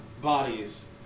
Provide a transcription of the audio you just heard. bodies